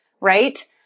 right